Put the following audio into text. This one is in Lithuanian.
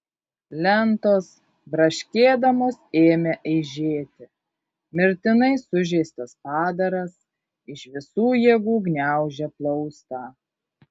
lentos braškėdamos ėmė eižėti mirtinai sužeistas padaras iš visų jėgų gniaužė plaustą